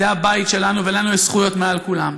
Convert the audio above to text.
זה הבית שלנו, ולנו יש זכויות מעל כולם.